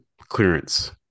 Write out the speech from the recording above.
clearance